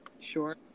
sure